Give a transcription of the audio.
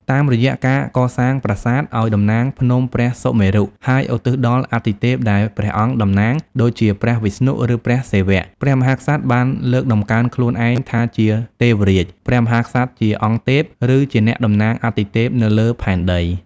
តាមរយៈការកសាងប្រាសាទឱ្យតំណាងភ្នំព្រះសុមេរុ ហើយឧទ្ទិសដល់អាទិទេពដែលព្រះអង្គតំណាង ដូចជាព្រះវិស្ណុ ឬព្រះសិវៈ ព្រះមហាក្សត្របានលើកតម្កើងខ្លួនឯងថាជា ទេវរាជ ព្រះមហាក្សត្រជាអង្គទេព ឬជាអ្នកតំណាងអាទិទេពនៅលើផែនដី។